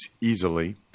easily